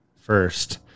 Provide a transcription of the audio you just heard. first